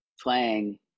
playing